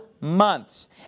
Months